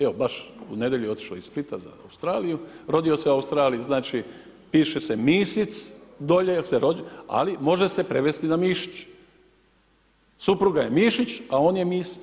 Evo, baš u nedjelju je otišao iz Splita za Australiju, rodio se u Australiji, znači, piše se Misic, dolje se, ali može se prevesti na Mišić, supruga je Mišić, a on je Misic.